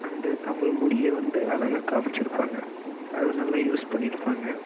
அந்த தமிழ்மொழியை வந்து அழகாக காமிச்சிருப்பாங்க அது நல்லா யூஸ் பண்ணியிருப்பாங்க